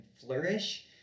flourish